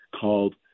called